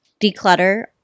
declutter